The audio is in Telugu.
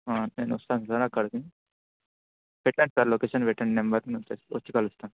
నేను వస్తాను సార్ అక్కడికి పెట్టండి సార్ లొకేషన్ పెట్టండి నెంబర్ నుంచి వచ్చి కలుస్తాను